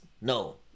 no